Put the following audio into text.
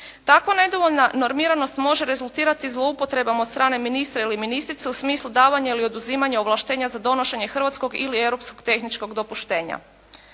Takvo nedovoljna normiranost može rezultirati zloupotrebom od strane ministra ili ministrice u smislu davanja ili oduzimanja ovlaštenja za donošenje hrvatskog ili europskog tehničkog dopuštenja.